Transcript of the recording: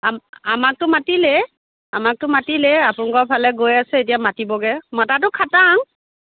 আম আমাকতো মাতিলেই আমাকতো মাতিলেই আপোনালোকৰ ফালে গৈ আছে এতিয়া মাতিবগৈ মতাটো খাটাং